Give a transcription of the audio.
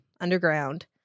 underground